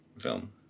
film